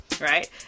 right